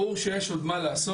ברור שיש עוד מה לעשות,